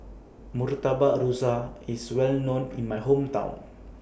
Murtabak Rusa IS Well known in My Hometown